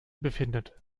befindet